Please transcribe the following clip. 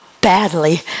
badly